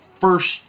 first